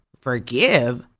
Forgive